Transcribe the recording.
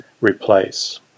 replace